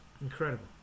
Incredible